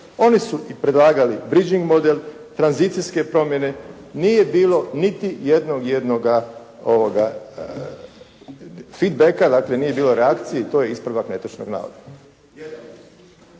Oni su i predlagali bridging model, tranzicijske promjene, nije bilo niti jednog jednoga feedbacka, dakle nije bilo reakcije i to je ispravak netočnog navoda.